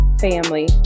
family